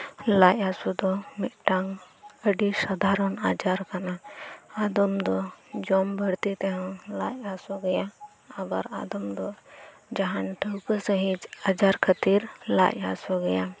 ᱞᱟᱡ ᱦᱟᱥᱩ ᱫᱚ ᱢᱤᱫᱴᱟᱝ ᱟᱹᱰᱤ ᱥᱟᱫᱷᱟᱨᱚᱱ ᱟᱡᱟᱨ ᱠᱟᱱᱟ ᱟᱫᱚᱢ ᱫᱚ ᱡᱚᱢᱵᱟᱹᱲᱛᱤ ᱛᱮᱦᱚᱸ ᱞᱟᱡ ᱦᱟᱥᱩᱜᱮᱭᱟ ᱟᱵᱟᱨ ᱟᱫᱚᱢ ᱫᱚ ᱡᱟᱦᱟᱱ ᱴᱷᱟᱹᱣᱠᱟᱹ ᱥᱟᱹᱦᱤᱸᱡ ᱟᱡᱟᱨ ᱠᱷᱟᱹᱛᱤᱨ ᱞᱟᱡ ᱦᱟᱥᱩᱜᱮᱭᱟ